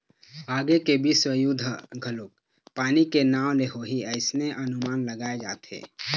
आगे के बिस्व युद्ध ह घलोक पानी के नांव ले होही अइसने अनमान लगाय जाथे